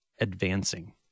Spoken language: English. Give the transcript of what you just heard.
advancing